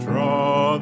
Draw